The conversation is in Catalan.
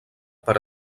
per